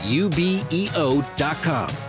ubeo.com